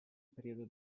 periodo